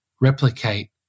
replicate